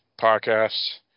podcasts